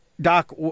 doc